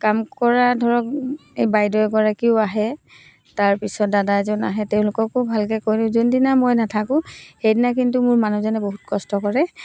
কাম কৰা ধৰক এই বাইদেউ এগৰাকীও আহে তাৰ পিছত দাদা এজন আহে তেওঁলোককো ভালকৈ কৈ দিওঁ যোনদিনা মই নাথাকোঁ সেইদিনা কিন্তু মোৰ মানুহজনে বহুত কষ্ট কৰে